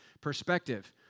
perspective